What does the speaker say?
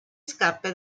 scarpe